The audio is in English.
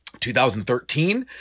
2013